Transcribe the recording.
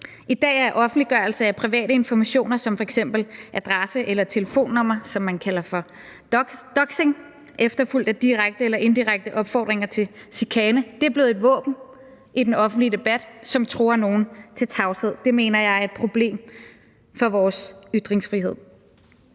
I dag er offentliggørelse af private informationer som f.eks. adresse eller telefonnummer, som man kalder for doxing, efterfulgt af direkte eller indirekte opfordringer til chikane, blevet et våben i den offentlige debat, som truer nogle til tavshed. Det mener jeg er et problem for vores ytringsfrihed.